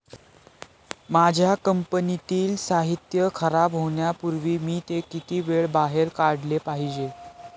माझ्या कंपनीतील साहित्य खराब होण्यापूर्वी मी ते किती वेळा बाहेर काढले पाहिजे?